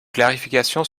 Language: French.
clarification